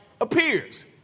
appears